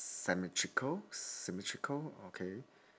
symmetrical symmetrical okay